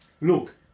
Look